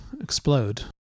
explode